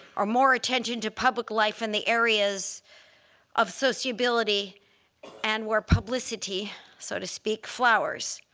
or more attention, to public life in the areas of sociability and where publicity, so to speak, flowers.